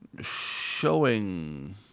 showing